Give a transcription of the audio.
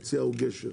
יציאה או גשר.